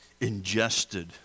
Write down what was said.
ingested